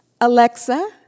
Alexa